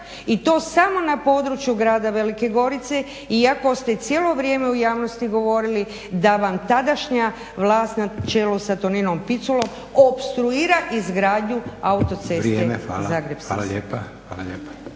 i to samo na području grada Velike Gorice iako ste cijelo vrijeme u javnosti govorili da vam tadašnja vlast na čelu sa Toninom Piculom opstruira izgradnju autoceste Zagreb-Sisak.